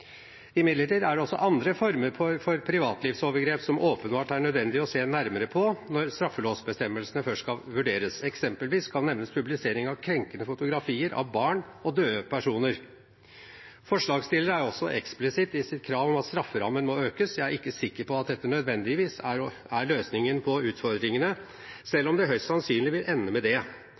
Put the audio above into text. Imidlertid er det også andre former for privatlivsovergrep som det åpenbart er nødvendig å se nærmere på når straffelovsbestemmelsene først skal vurderes. Eksempelvis kan nevnes publisering av krenkende fotografier av barn og døde personer. Forslagsstillerne er også eksplisitte i sitt krav om at strafferammen må økes. Jeg er ikke sikker på at dette nødvendigvis er løsningen på utfordringene, selv om det høyst sannsynlig vil ende med det.